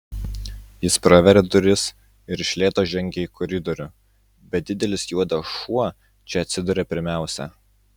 jis praveria duris ir iš lėto žengia į koridorių bet didelis juodas šuo čia atsiduria pirmiausia